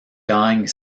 gagnent